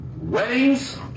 Weddings